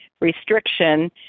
restriction